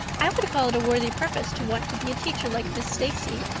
i would call it a worthy purpose to want to be a teacher like miss stacy,